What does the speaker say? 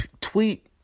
tweet